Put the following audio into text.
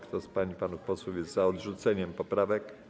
Kto z pań i panów posłów jest za odrzuceniem poprawek